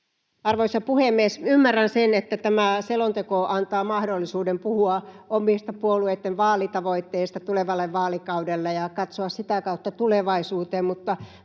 Arvoisa puhemies! Ymmärrän sen, että tämä selonteko antaa mahdollisuuden puhua omista, puolueitten vaalitavoitteista tulevalle vaalikaudelle ja katsoa sitä kautta tulevaisuuteen,